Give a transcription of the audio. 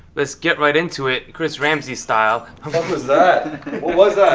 let's get right into it, chris ramsay style. what was that? what was that?